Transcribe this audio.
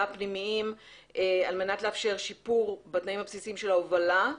הפנימיים על מנת לאפשר שיפור בתנאים הבסיסיים של ההובלה,